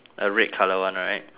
a red colour one right